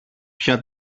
πια